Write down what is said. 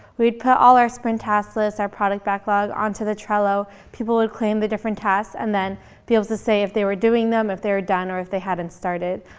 we'd put all our sprint task lists, our product backlog, on to the trello. people would claim the different tasks, and then be able to say if they were doing them, if they were done, or if they haven't started.